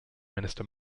minister